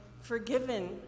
forgiven